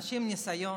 אנשים עם ניסיון,